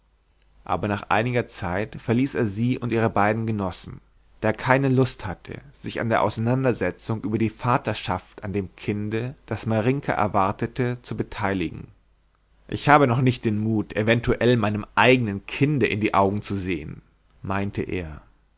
aber nach einiger zeit verließ er sie und ihre beiden genossen da er keine lust hatte sich an der auseinandersetzung über die vaterschaft an dem kinde das marinka erwartete zu beteiligen ich habe noch nicht den mut eventuell meinem eigenen kinde in die augen zu sehen meinte er